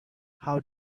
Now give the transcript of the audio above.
how